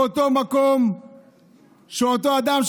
באותו מקום שאותו אדם,